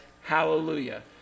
hallelujah